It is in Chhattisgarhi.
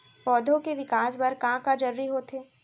पौधे के विकास बर का का जरूरी होथे?